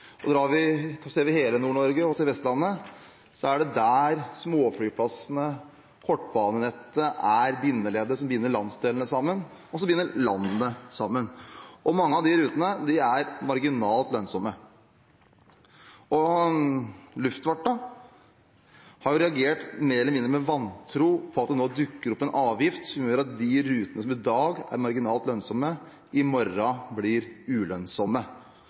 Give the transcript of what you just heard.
Drar vi til hele Nord-Norge og også Vestlandet, er småflyplassene, kortbanenettet, bindeleddet som binder landsdelene sammen, og som binder landet sammen. Mange av de rutene er marginalt lønnsomme. Luftfarten har reagert mer eller mindre med vantro på at det nå dukker opp en avgift som gjør at de rutene som i dag er marginalt lønnsomme, i morgen blir ulønnsomme.